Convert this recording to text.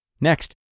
Next